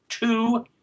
Two